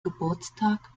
geburtstag